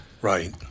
Right